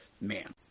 man